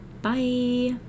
Bye